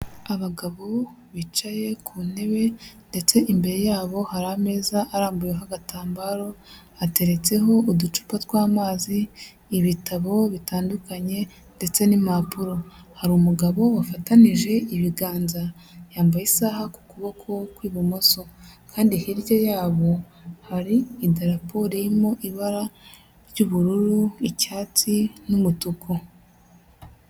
Abagabo bicaye ku ntebe ndetse imbere yabo hari ameza arambuyeho agatambaro, ateretseho uducupa tw'amazi, ibitabo bitandukanye ndetse n'impapuro, hari umugabo wafatanije ibiganza, yambaye isaha ku kuboko kw'ibumoso kandi hirya yabo hari idarapo ririmo ibara ry'ubururu, icyatsi n'umutuku.